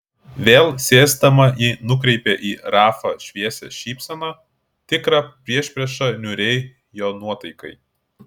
vėl sėsdama ji nukreipė į rafą šviesią šypseną tikrą priešpriešą niūriai jo nuotaikai